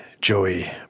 Joey